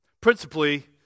Principally